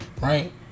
Right